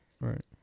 right